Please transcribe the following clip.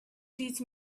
teach